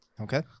Okay